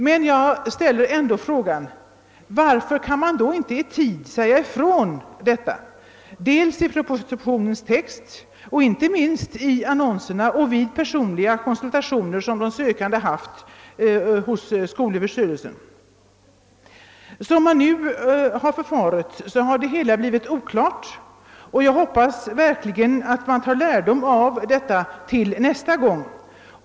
Men jag ställer ändå frågan: Varför kan man då inte i tid säga ifrån detta, dels i propositionens text och dels inte minst i annonserna och vid personliga kon-' sultationer som de sökande haft hos skolöverstyrelsen. Som man nu har förfarit har det hela blivit oklart, och jag hoppas verkligen att man tar lärdom av detta tills nästa gång.